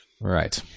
Right